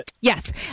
Yes